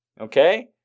okay